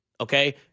Okay